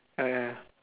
ah ya